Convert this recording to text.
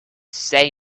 say